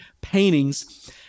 paintings